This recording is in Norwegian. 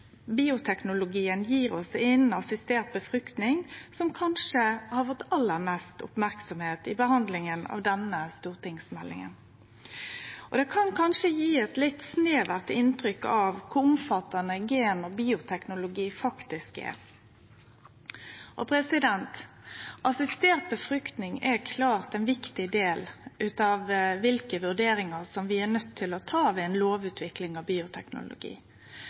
bioteknologien gjev oss innanfor assistert befruktning, som kanskje har fått aller mest merksemd i behandlinga av denne stortingsmeldinga. Det kan kanskje gje eit litt snevert inntrykk av kor omfattande gen- og bioteknologi faktisk er. Assistert befruktning er klart ein viktig del av kva vurderingar vi er nøydde til å ta ved ei lovutvikling av bioteknologi.